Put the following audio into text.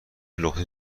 لختی